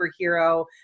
superhero